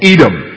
Edom